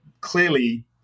clearly